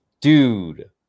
dude